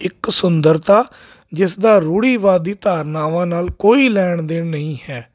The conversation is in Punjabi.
ਇੱਕ ਸੁੰਦਰਤਾ ਜਿਸ ਦਾ ਰੂੜੀਵਾਦੀ ਧਾਰਨਾਵਾਂ ਨਾਲ ਕੋਈ ਲੈਣ ਦੇਣ ਨਹੀਂ ਹੈ